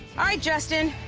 alright, justin,